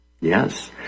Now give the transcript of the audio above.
yes